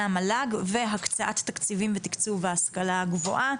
המל"ג והקצאת תקציבים ותקצוב ההשכלה הגבוהה.